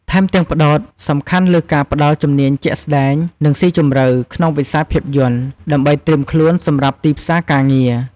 ថែមទាំងផ្ដោតសំខាន់លើការផ្ដល់ ជំនាញជាក់ស្ដែង និងស៊ីជម្រៅ ក្នុងវិស័យភាពយន្ត ដើម្បីត្រៀមខ្លួនសម្រាប់ទីផ្សារការងារ។